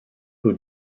who